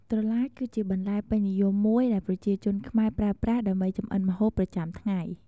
ត្រឡាចគឺជាបន្លែពេញនិយមមួយដែលប្រជាជនខ្មែរប្រើប្រាស់ ដើម្បីចម្អិនម្ហូបប្រចាំថ្ងៃ។